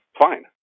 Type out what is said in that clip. fine